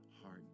heart